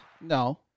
No